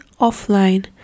offline